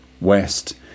west